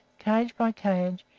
cage by cage,